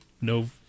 no